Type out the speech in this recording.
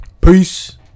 Peace